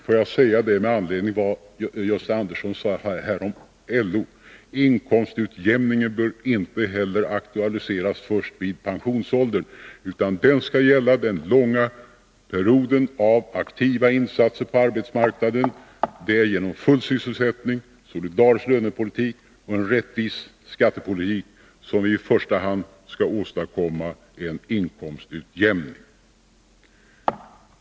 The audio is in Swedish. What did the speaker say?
Låt mig säga med anledning av vad Gösta Andersson sade om LO att frågan om inkomstutjämningen inte bör aktualiseras först vid pensionsåldern. Ansträngningarna att åstadkomma inkomstutjämning skall gälla den långa perioden av aktiva insatser på arbetsmarknaden. Det är genom full sysselsättning, en solidarisk lönepolitik och en rättvis skattepolitik som vi i första hand skall få till stånd en inkomstutjämning.